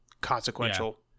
consequential